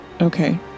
Okay